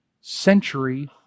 century